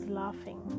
laughing